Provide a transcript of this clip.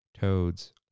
Toad's